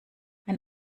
ein